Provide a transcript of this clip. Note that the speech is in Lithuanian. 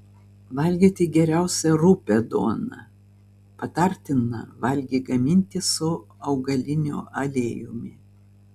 valgyti geriausia rupią duoną patartina valgį gaminti su augaliniu aliejumi